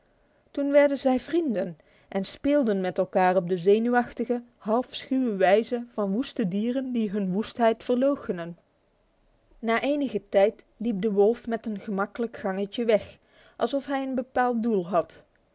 toen werden zij vrienden en speelden met elkaar op de zenuwachtige half schuwe wijze van woeste dieren die hun woestheid verloochenen na enige tijd liep de wolf met een gemakkelijk gangetje weg alsof hij een bepaald doel had